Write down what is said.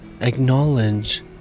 Acknowledge